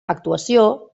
actuació